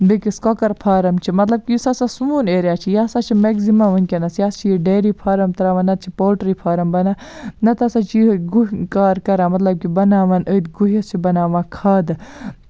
بیٚکِس کۄکَر فارَم چھِ مطلب یُس ہَسا سون ایریا چھُ یہِ ہَسا چھُ مٮ۪کزِمَم وٕنکٮ۪نَس یہِ حظ چھِ یہِ ڈیری فارَم تراوان نہ تہٕ چھِ پوٹری فارَم بنان نَہ تہٕ ہَسا چھِ یہِ گُہۍ کار کَران مطلب کہِ بَناوان أتھۍ گُہِس چھِ بَناوان کھادٕ